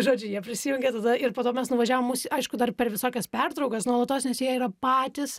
žodžiu jie prisijungė tada ir po to mes nuvažiavom mus aišku dar per visokias pertraukas nuolatos nes jie yra patys